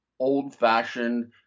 old-fashioned